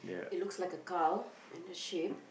it looks like a cow in the shape